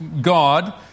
God